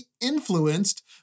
influenced